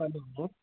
hello